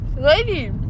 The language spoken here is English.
lady